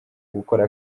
gukora